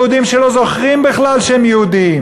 יהודים שלא זוכרים בכלל שהם יהודים.